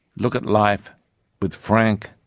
look at life with frank,